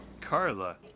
Carla